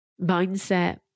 mindset